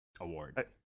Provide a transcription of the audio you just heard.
award